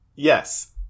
Yes